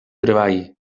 treball